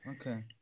Okay